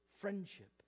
friendship